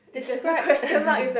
describe